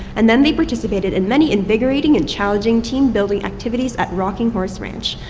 and then they participated in many invigorating and challenging team-building activities at rocking horse ranch.